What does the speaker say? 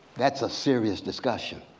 that's a serious discussion.